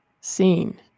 seen